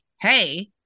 hey